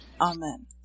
Amen